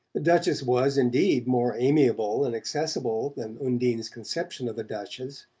duchess was, indeed, more amiable and accessible than undine's conception of a duchess,